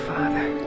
Father